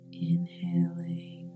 Inhaling